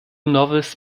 novels